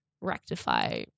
rectify